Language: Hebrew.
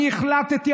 אני החלטתי,